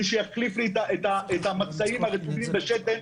שיש מי שיחליף לי את המצעים הרטובים מהשתן,